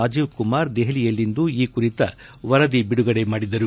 ರಾಜೀವ್ ಕುಮಾರ್ ದೆಹಲಿಯಲ್ಲಿಂದು ಈ ಕುರಿತ ವರದಿ ಬಿಡುಗಡೆ ಮಾಡಿದರು